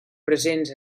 presents